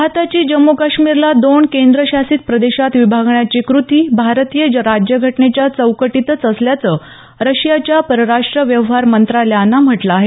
भारताची जम्मू काश्मीरला दोन केंद्रशासित प्रदेशात विभागण्याची कृती भारतीय राज्यघटनेच्या चौकटीतच असल्याचं रशियाच्या परराष्ट्र व्यवहार मंत्रालयानं म्हटलं आहे